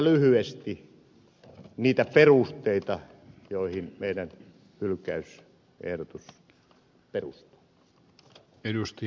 tässä lyhyesti niitä perusteita joihin meidän hylkäysehdotuksemme perustuu